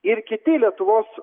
ir kiti lietuvos